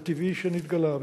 הטבעי שנתגלה,